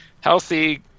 healthy